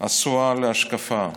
עשוה להשקפה".